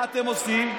מה אתם עושים?